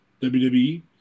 WWE